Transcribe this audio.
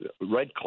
Red